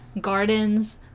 gardens